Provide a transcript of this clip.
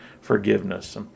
forgiveness